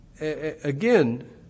again